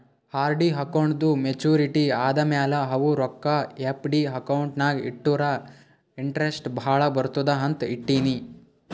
RD ಅಕೌಂಟ್ದೂ maturity ಆದಮ್ಯಾಲ ಅವು ರೊಕ್ಕಾ ಎಫ್.ಡಿ ಅಕೌಂಟ್ ನಾಗ್ ಇಟ್ಟುರ ಇಂಟ್ರೆಸ್ಟ್ ಭಾಳ ಬರ್ತುದ ಅಂತ್ ಇಟ್ಟೀನಿ